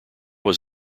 was